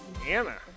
Anna